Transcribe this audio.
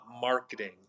marketing